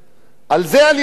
על זה אני לא מדבר.